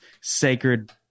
sacred